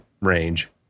range